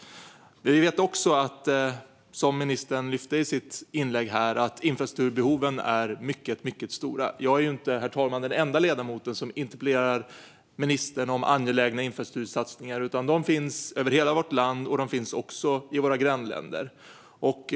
Vi vet också, som ministern lyfte i sitt inlägg, att infrastrukturbehoven är mycket stora. Jag är inte, herr talman, den enda ledamot som interpellerar ministern om angelägna infrastruktursatsningar. De finns över hela vårt land - de finns också i våra grannländer.